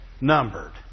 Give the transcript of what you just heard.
numbered